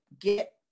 get